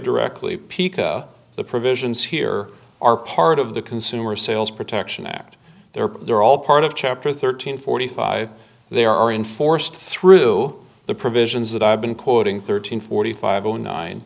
directly piqua the provisions here are part of the consumer sales protection act they were all part of chapter thirteen forty five there are enforced through the provisions that i've been quoting thirteen forty five zero nine